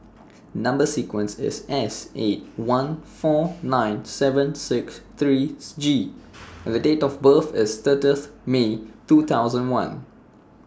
Number sequence IS S eight one four nine seven six three G and The Date of birth IS thirtieth May two thousand one